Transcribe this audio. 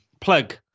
plug